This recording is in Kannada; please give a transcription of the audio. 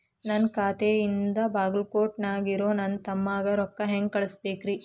ನನ್ನ ಖಾತೆಯಿಂದ ಬಾಗಲ್ಕೋಟ್ ನ್ಯಾಗ್ ಇರೋ ನನ್ನ ತಮ್ಮಗ ರೊಕ್ಕ ಹೆಂಗ್ ಕಳಸಬೇಕ್ರಿ?